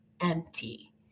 empty